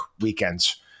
weekends